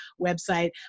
website